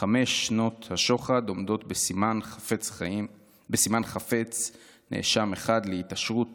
חמש שנות השוחד עומדות בסימן חפץ הנאשם להתעשרות